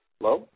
Hello